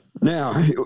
Now